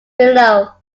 below